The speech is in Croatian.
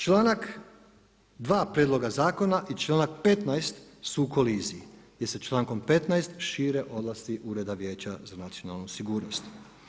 Članak 2. prijedloga zakona i članak 15. su u koliziji, jer se člankom 15. šire odlasci Ureda Vijeća za nacionalnu sigurnost.